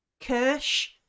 Kirsch